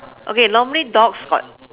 okay normally dogs got